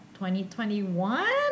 2021